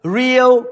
real